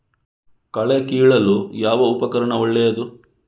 ಕಳೆ ಕೀಳಲು ಯಾವ ಉಪಕರಣ ಒಳ್ಳೆಯದು?